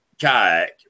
kayak